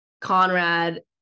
Conrad